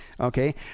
Okay